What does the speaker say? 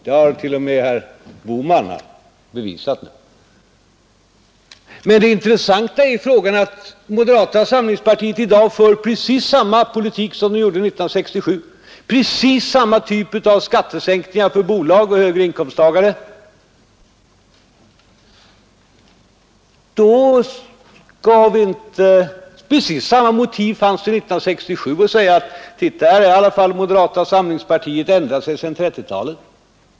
Det har t.o.m. herr Bohman nu bevisat. Men det intressanta är att moderata samlingspartiet i dag för precis samma politik som det gjorde 1967 och föreslår precis samma typ av skattesänkning för bolag och högre inkomsttagare. Precis samma motiv fanns 1967 att säga: Titta här i alla fall hur moderata samlingspartiet har ändrat sig sedan 1930-talet!